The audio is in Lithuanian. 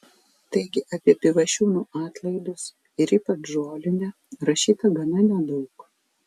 taigi apie pivašiūnų atlaidus ir ypač žolinę rašyta gana nedaug